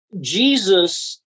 Jesus